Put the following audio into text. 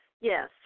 Yes